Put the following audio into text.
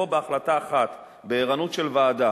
פה, בהחלטה אחת, בערנות של ועדה,